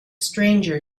stranger